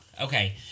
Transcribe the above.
Okay